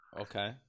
okay